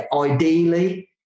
Ideally